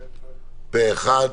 פה-אחד.